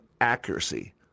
accuracy